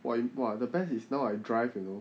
!wah! you !wah! the best is now I drive you know